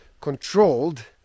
controlled